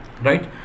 right